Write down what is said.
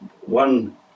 one